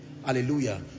Hallelujah